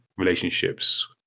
relationships